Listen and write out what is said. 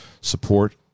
support